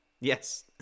Yes